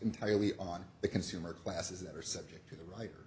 entirely on the consumer classes that are subject to the ri